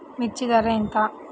మిర్చి ధర ఎంత?